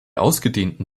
ausgedehnten